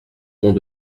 pont